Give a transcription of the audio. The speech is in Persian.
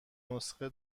نسخه